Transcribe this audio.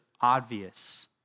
obvious